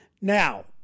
Now